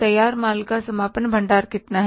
तैयार माल का समापन भंडार कितना है